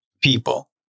people